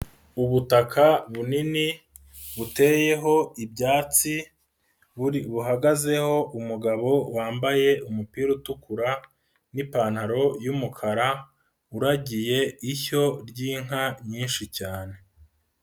Ubutaka bunini buteyeho ibyatsi, buhagazeho umugabo wambaye umupira utukura n'ipantaro yumukara, uragiye ishyo ry'inka nyinshi cyane.